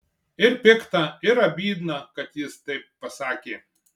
ir pikta ir abydna kad jis taip pasakė